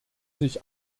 sich